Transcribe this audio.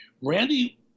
Randy